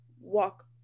walk